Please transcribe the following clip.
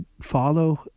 follow